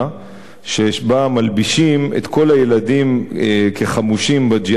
שבה מלבישים את כל הילדים כחמושים ב"ג'יהאד האסלאמי",